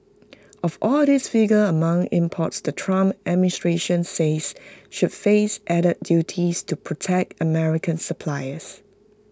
of all these figure among imports the Trump administration says should face added duties to protect American suppliers